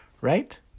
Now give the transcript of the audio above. right